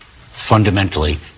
fundamentally